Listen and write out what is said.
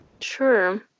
Sure